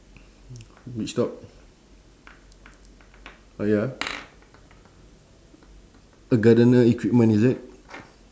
which top ah ya a gardener equipment is it